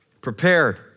prepared